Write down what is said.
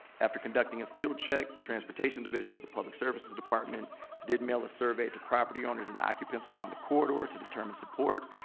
after conducting a field check, the transportation division of the public services department did mail a survey to property owners and occupants along the corridor to determine support.